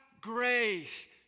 grace